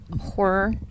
horror